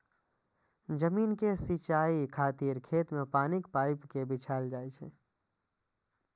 जमीन के सिंचाइ खातिर खेत मे पानिक पाइप कें बिछायल जाइ छै